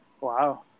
Wow